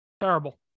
Terrible